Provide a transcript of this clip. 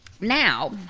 Now